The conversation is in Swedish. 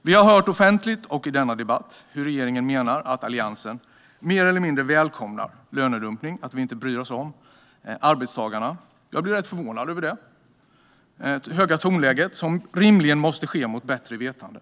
Vi har offentligt och i denna debatt hört att regeringen menar att Alliansen mer eller mindre välkomnar lönedumpning och inte bryr sig om arbetstagarna. Jag blir förvånad över det höga tonläge som rimligen används mot bättre vetande.